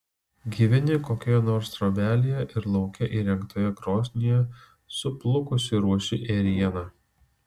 gyveni kokioje nors trobelėje ir lauke įrengtoje krosnyje suplukusi ruoši ėrieną